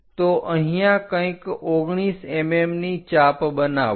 તો અહીંયા કંઈક 19 mm ની ચાપ બનાવો